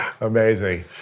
Amazing